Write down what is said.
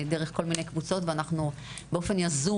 דרך כל מיני קבוצות ואנחנו באופן יזום,